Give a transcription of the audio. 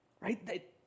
Right